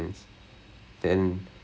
ah right right right ஆமாம்:aamaam